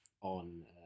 on